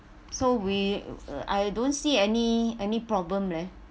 so we I don't see any any problem leh